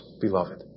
beloved